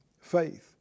faith